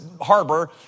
harbor